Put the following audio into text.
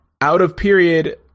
out-of-period